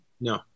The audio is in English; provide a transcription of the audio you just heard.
No